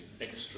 extra